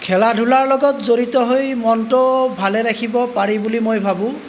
খেলা ধূলাৰ লগত জড়িত হৈ মনটো ভালে ৰাখিব পাৰি বুলি মই ভাবোঁ